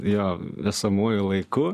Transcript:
jo esamuoju laiku